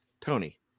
Tony